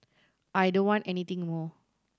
I don't want anything more